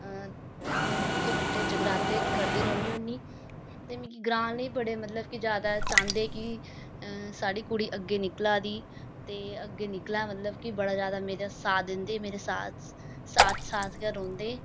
ते निक्के मुट्टे जगराते करदी रौह्नी होन्नी ते मिगी ग्रांऽ आह्ले बड़े मतलब कि ज्यादा चांह्दे कि साढ़ी कुड़ी अग्गें निकला दी ते अग्गें निकलै मतलब कि बड़ा ज्यादा मेरे साथ दिंदे मेरे साथ साथ साथ गै रौंह्दे